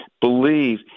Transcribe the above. Believe